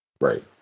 Right